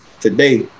today